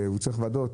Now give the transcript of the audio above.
והוא צריך ועדות,